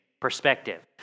perspective